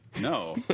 No